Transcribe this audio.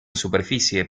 superficie